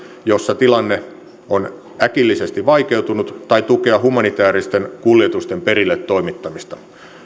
jossa tilanne on äkillisesti vaikeutunut tai tukea humanitääristen kuljetusten perille toimittamista